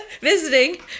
visiting